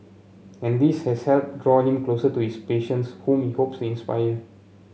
and this has helped draw him closer to his patients whom he hopes to inspire